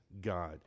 god